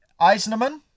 Eisenman